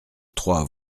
trois